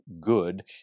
good